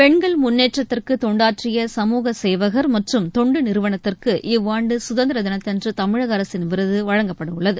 பெண்கள் முன்னேற்றத்திற்குதொண்டாற்றிய சமூக சேவகர் மற்றும் தொண்டுநிறுவனத்திற்கு இவ்வாண்டுசுதந்திரதினத்தன்றுதமிழகஅரசின் விருதுவழங்கப்படவுள்ளது